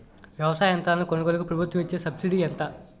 వ్యవసాయ యంత్రాలను కొనుగోలుకు ప్రభుత్వం ఇచ్చే సబ్సిడీ ఎంత?